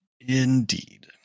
Indeed